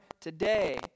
today